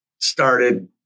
started